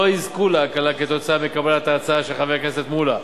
לא יזכו להקלה כתוצאה מקבלת ההצעה של חבר הכנסת מולה.